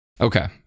okay